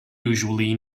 usually